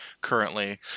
currently